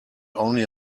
only